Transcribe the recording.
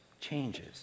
changes